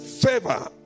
favor